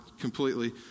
completely